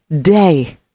Day